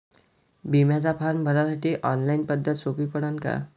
बिम्याचा फारम भरासाठी ऑनलाईन पद्धत सोपी पडन का?